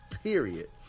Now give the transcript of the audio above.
Period